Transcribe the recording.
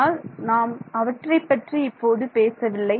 ஆனால் நாம் அவற்றைப் பற்றி இப்போது பேசவில்லை